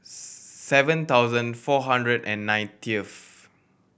seven thousand four hundred and ninetieth